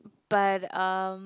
but um